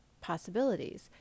possibilities